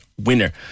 Winner